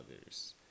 others